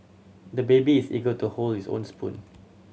the baby is eager to hold his own spoon